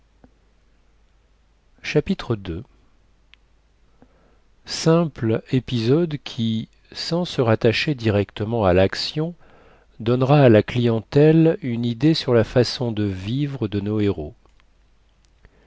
chapitre ii simple épisode qui sans se rattacher directement à laction donnera à la clientèle une idée sur la façon de vivre de nos héros